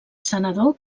senador